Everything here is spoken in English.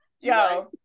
Yo